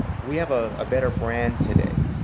ah we have a better brand today.